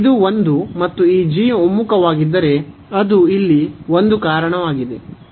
ಇದು ಒಂದು ಮತ್ತು ಈ ಒಮ್ಮುಖವಾಗಿದ್ದರೆ ಅದು ಇಲ್ಲಿ ಒಂದು ಕಾರಣವಾಗಿದೆ